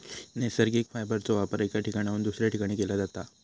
नैसर्गिक फायबरचो वापर एका ठिकाणाहून दुसऱ्या ठिकाणी केला जाता